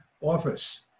Office